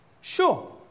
sure